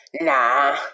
nah